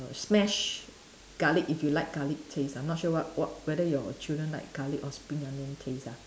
smashed garlic if you like garlic taste I'm not sure what what whether your children like garlic or spring onion taste ah